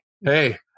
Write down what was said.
Hey